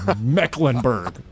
Mecklenburg